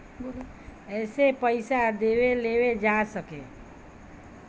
एसे पइसा देवे लेवे जा सके